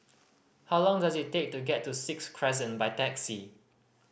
how long does it take to get to Sixth Crescent by taxi